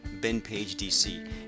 benpagedc